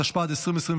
התשפ"ד 2024,